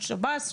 של השב"ס,